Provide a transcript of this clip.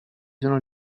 sono